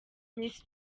miss